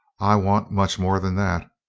i want much more than that.